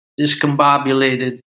discombobulated